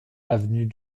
avenue